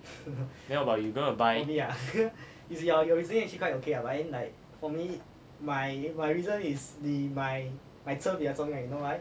then what about you you gonna buy